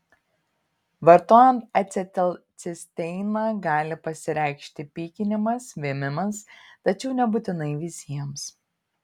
vartojant acetilcisteiną gali pasireikšti pykinimas vėmimas tačiau nebūtinai visiems